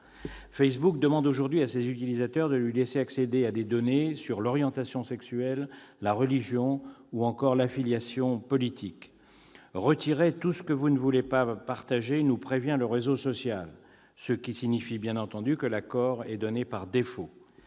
Facebook demande aujourd'hui à ses utilisateurs de le laisser accéder à des données sur l'orientation sexuelle, la religion ou encore l'affiliation politique. « Retirez tout ce que vous ne voulez pas partager », nous prévient le réseau social, ce qui signifie, bien entendu, que l'accord est donné par défaut.